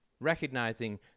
recognizing